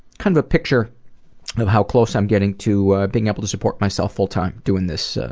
kind of a picture of how close i'm getting to ah, being able to support myself fulltime doing this.